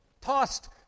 tossed